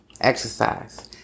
exercise